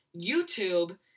YouTube